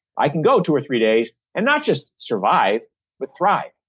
i can go two or three days and not just survive but thrive.